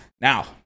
Now